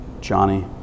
Johnny